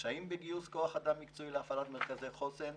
קשיים בגיוס כוח אדם מקצועי להפעלת מרכזי חוסן,